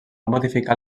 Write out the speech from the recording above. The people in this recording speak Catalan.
modificar